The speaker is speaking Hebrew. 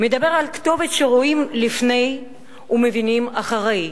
מדבר על כתובת שרואים לפני ומבינים אחרי.